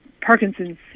Parkinson's